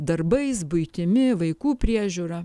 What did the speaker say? darbais buitimi vaikų priežiūra